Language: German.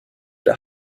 der